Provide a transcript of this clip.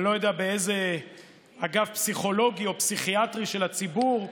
אני לא יודע באיזה אגף פסיכולוגי או פסיכיאטרי של הציבור.